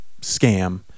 scam